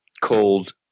called